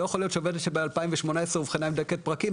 לא יכול להיות שעובדת שאובחנה ב-2018 עם דלקת פרקים,